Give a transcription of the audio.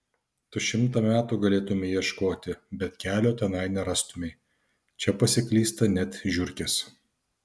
tu šimtą metų galėtumei ieškoti bet kelio tenai nerastumei čia pasiklysta net žiurkės